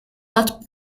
not